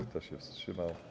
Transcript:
Kto się wstrzymał?